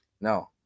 No